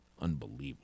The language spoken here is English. Unbelievable